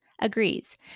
agrees